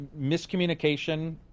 miscommunication